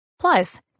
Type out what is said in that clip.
Plus